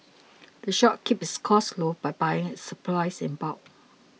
the shop keeps its costs low by buying its supplies in bulk